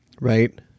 right